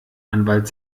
anwalt